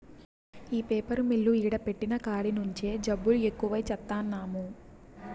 ఈ paper mill ఈడ పెట్టిన కాడి నుంచే జబ్బులు ఎక్కువై చత్తన్నాము